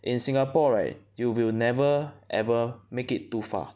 in Singapore right you will never ever make it too far